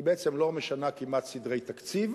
ובעצם היא כמעט לא משנה סדרי תקציב,